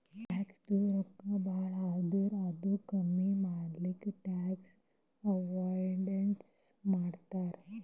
ಟ್ಯಾಕ್ಸದು ರೊಕ್ಕಾ ಭಾಳ ಆದುರ್ ಅದು ಕಮ್ಮಿ ಮಾಡ್ಲಕ್ ಟ್ಯಾಕ್ಸ್ ಅವೈಡನ್ಸ್ ಮಾಡ್ತಾರ್